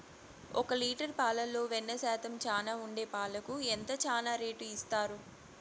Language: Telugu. ఒక లీటర్ పాలలో వెన్న శాతం చానా ఉండే పాలకు ఎంత చానా రేటు ఇస్తారు?